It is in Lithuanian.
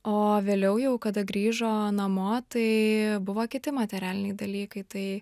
o vėliau jau kada grįžo namo tai buvo kiti materialiniai dalykai tai